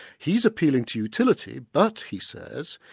he's appealing to utility, but, he says,